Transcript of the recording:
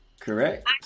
correct